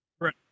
Right